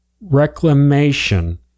reclamation